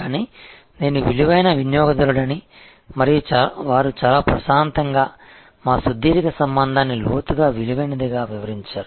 కానీ నేను విలువైన వినియోగదారుడని మరియు వారు చాలా ప్రశాంతంగా మా సుదీర్ఘ సంబంధాన్ని లోతుగా విలువైనదిగా వివరించారు